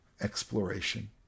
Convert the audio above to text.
exploration